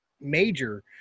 major